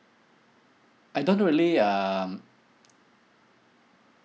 I don't really um